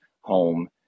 home